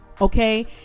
Okay